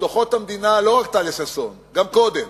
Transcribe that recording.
ודוחות המדינה, לא רק טליה ששון, גם קודם,